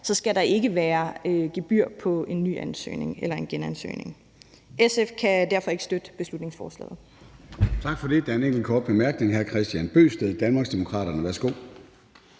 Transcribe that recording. skal der ikke være gebyr på en ny ansøgning eller en genansøgning. SF kan derfor ikke støtte beslutningsforslaget.